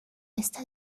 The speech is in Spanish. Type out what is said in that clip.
está